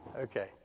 Okay